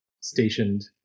stationed